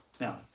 Now